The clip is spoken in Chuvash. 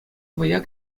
вӑя